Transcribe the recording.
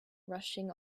rushing